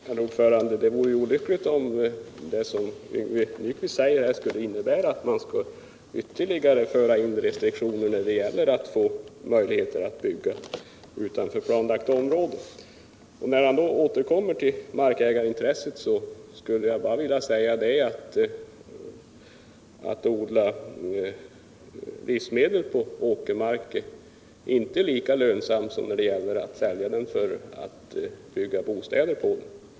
Herr talman! Det vore olyckligt om det som Yngve Nyquist säger skulle leda till att man ytterligare förde in restriktioner när det gäller möjligheter att få bygga utanför planlagt område. När han återkommer till markägarintresset vill jag bara påpeka att det inte är lika lönsamt att odla livsmedel på åkermarken som att sälja den till att bygga bostäder på.